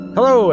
Hello